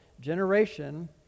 generation